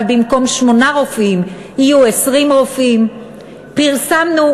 אבל במקום שמונה רופאים יהיו 20 רופאים; פרסמנו,